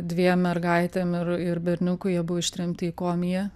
dviem mergaitėm ir ir berniuku jie buvo ištremti į komiją